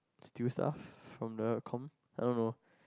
still stuff from the com I don't know